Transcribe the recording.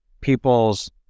people's